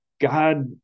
God